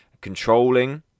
controlling